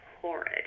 horrid